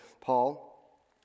Paul